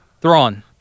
Thrawn